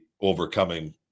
overcoming